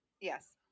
Yes